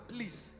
Please